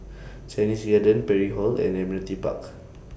Chinese Garden Parry Hall and Admiralty Park